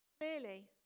Clearly